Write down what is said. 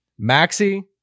Maxi